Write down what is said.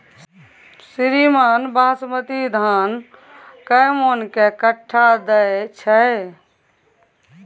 श्रीमान बासमती धान कैए मअन के कट्ठा दैय छैय?